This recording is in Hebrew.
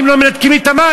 אם לא, מנתקים לי את המים.